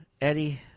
Eddie